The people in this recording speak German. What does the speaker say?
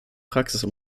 praxis